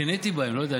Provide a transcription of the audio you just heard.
קינאתי בהם, לא יודע,